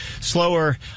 Slower